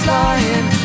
lying